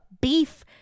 beef